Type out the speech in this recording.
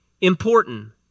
important